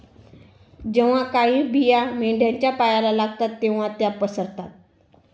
जेव्हा काही बिया मेंढ्यांच्या पायाला लागतात तेव्हा त्या पसरतात